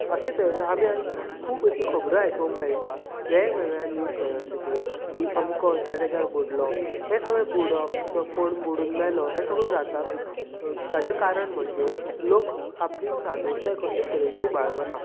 अशें तरेन आमी आयज खूब अशी खबरो आयकूंक मेळटा वेगवेगळ्या न्यूज चॅनल्सांचेर की अमको ह्या जाग्यार बुडलो हें सगळें बुडप किंवा कोण बुडून मेलो हें सगलें जाता हेजें कारण म्हणजे लोक आपली सादुरताय कसलेच तरेची बाळगीना